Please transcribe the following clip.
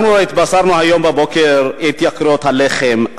אנחנו הרי התבשרנו היום בבוקר על התייקרות הלחם,